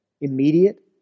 immediate